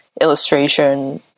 illustration